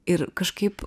ir kažkaip